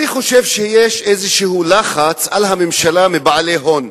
אני חושב שיש איזה לחץ על הממשלה מבעלי הון.